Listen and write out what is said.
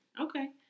Okay